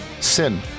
Sin